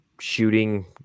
shooting